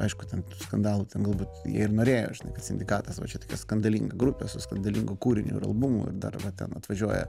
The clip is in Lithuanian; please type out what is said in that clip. aišku ten skandalų galbūt jie ir norėjo žinai kad sindikatas va čia tokia skandalinga grupė su skandalingu kūriniu ir albumu ir dar va ten atvažiuoja